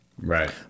Right